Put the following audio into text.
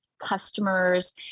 customers